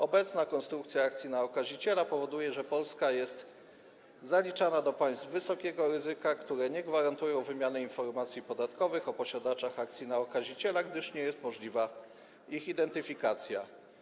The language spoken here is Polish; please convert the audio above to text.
Obecna konstrukcja akcji na okaziciela powoduje, że Polska jest zaliczana do państw wysokiego ryzyka, które nie gwarantują wymiany informacji podatkowych o posiadaczach akcji na okaziciela, gdyż nie jest możliwa ich identyfikacja.